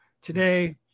today